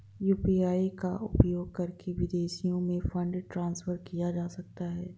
UPI का उपयोग करके विदेशों में फंड ट्रांसफर किया जा सकता है?